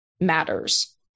matters